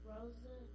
Rosa